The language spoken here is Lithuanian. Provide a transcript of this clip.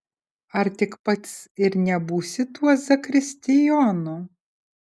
ar tik pats ir nebūsi tuo zakristijonu